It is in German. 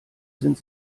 sind